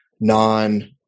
non-